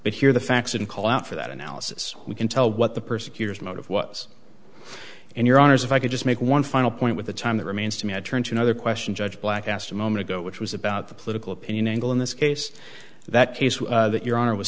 are the facts and call out for that analysis we can tell what the persecutors motive was in your honors if i could just make one final point with the time that remains to me i turn to another question judge black asked a moment ago which was about the political opinion angle in this case that case that your honor was